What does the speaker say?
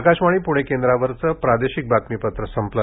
आकाशवाणी प्णे केंद्रावरचं प्रादेशिक बातमीपत्र संपलं